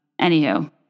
anywho